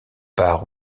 part